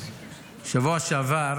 בשבוע שעבר